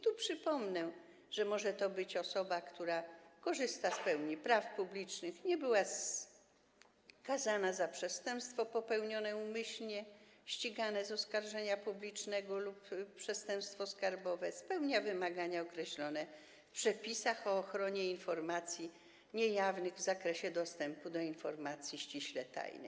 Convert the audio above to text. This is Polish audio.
Tu przypomnę, że może to być osoba, która korzysta z pełni praw publicznych, nie była skazana za przestępstwo popełnione umyślnie ścigane z oskarżenia publicznego lub przestępstwo skarbowe, spełnia wymagania określone w przepisach o ochronie informacji niejawnych w zakresie dostępu do informacji ściśle tajnej.